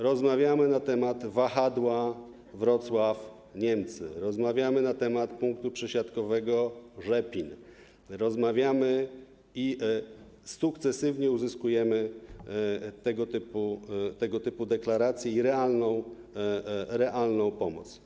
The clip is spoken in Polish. Rozmawiamy na temat wahadła Wrocław - Niemcy, rozmawiamy na temat punktu przesiadkowego Rzepin, rozmawiamy i sukcesywnie uzyskujemy tego typu deklaracje i realną pomoc.